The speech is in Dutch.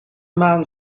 maan